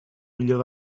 millor